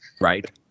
Right